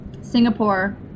Singapore